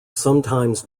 sometimes